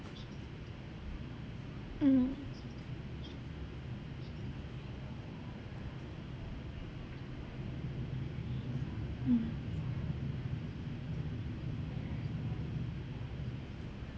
mm mm